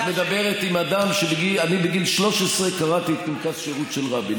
את מדברת עם אדם שבגיל 13 קרא את "פנקס שירות" של רבין.